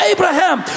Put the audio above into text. Abraham